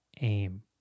aim